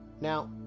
Now